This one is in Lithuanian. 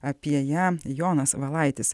apie ją jonas valaitis